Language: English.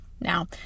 Now